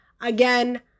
Again